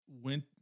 went